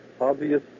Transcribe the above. obvious